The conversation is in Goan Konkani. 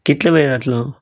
कितलो वेळ जातलो